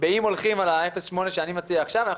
אם הולכים על ה-0.8 שאני מציע עכשיו אנחנו